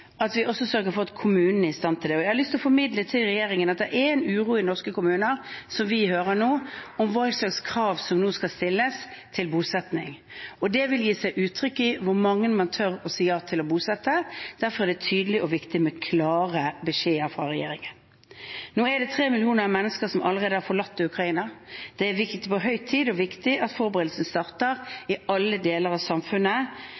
at vi også sørger for at kommunene er i stand til det. Og jeg har lyst til å formidle til regjeringen at vi hører en uro i norske kommuner nå om hva slags krav som nå skal stilles til bosetting. Det vil gi seg uttrykk i hvor mange man tør å si ja til å bosette. Derfor er det viktig med tydelige og klare beskjeder fra regjeringen. Nå er det tre millioner mennesker som allerede har forlatt Ukraina. Det er på høy tid og viktig at forberedelsene starter i alle de delene av samfunnet